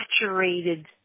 saturated